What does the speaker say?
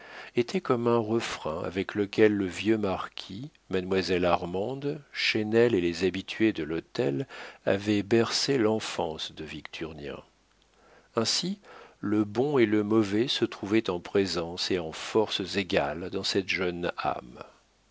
était comme un refrain avec lequel le vieux marquis mademoiselle armande chesnel et les habitués de l'hôtel avaient bercé l'enfance de victurnien ainsi le bon et le mauvais se trouvaient en présence et en forces égales dans cette jeune âme